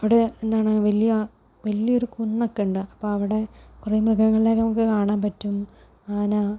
അവിടെ എന്താണ് വലിയ വലിയൊരു കുന്നൊക്കെ ഉണ്ട് അപ്പം അവടെ കുറേ മൃഗങ്ങളെ നമുക്ക് കാണാൻ പറ്റും ആന